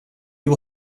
you